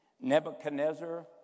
Nebuchadnezzar